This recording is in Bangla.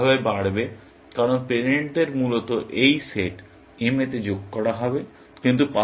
এটা কিভাবে বাড়বে কারণ পেরেন্টদের মূলত এই সেট m এতে যোগ করা হবে